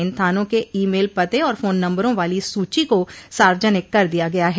इन थानों के email phone और फोन नंबरों वाली सूची को सार्वजनिक कर दिया गया है